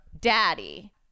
daddy